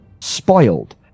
spoiled